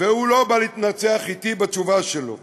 ושהוא לא בא להתנצח אתי בתשובה שלו.